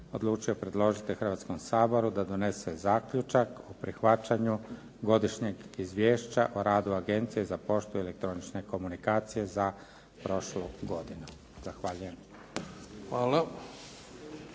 odlučio predložiti Hrvatskom saboru da donese zaključak o prihvaćanju Godišnjeg izvješća o radu Agencije za poštu i elektroničke komunikacije za prošlu godinu. Zahvaljujem.